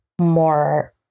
more